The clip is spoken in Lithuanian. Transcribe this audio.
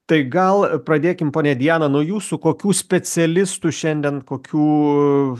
tai gal pradėkim ponia diana nuo jūsų kokių specialistų šiandien kokių